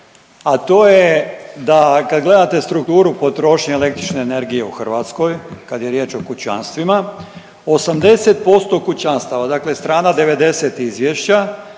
a to je da kad gledate strukturu potrošnje električne energije u Hrvatskoj kad je riječ o kućanstvima, 80% kućanstava dakle strana 90 izvješća,